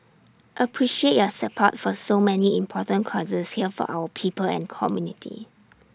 appreciate your support for so many important causes here for our people and community